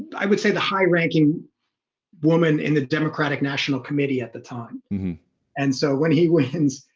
i would say the high-ranking woman in the democratic national committee at the time and so when he wins,